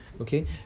Okay